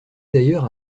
d’ailleurs